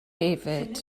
hefyd